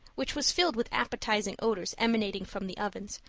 which was filled with appetizing odors emanating from the oven,